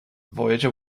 voyager